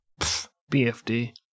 BFD